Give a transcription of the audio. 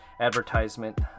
advertisement